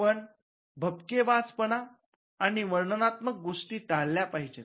आपण भपकेबाज पणा आणि वर्णनात्मक गोष्टी टाळल्या पाहिजे